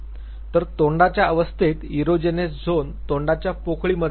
तर तोंडाच्या अवस्थेत इरोजेनस झोन तोंडाच्या पोकळीमध्ये असतो